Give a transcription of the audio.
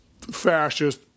fascist